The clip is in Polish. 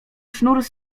sznur